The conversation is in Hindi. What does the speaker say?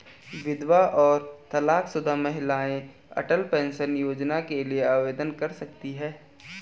विधवा और तलाकशुदा महिलाएं अटल पेंशन योजना के लिए आवेदन कर सकती हैं